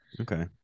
okay